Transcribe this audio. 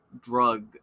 drug